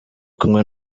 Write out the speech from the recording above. kumwe